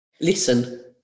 Listen